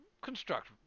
construct